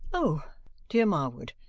o dear marwood,